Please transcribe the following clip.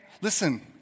listen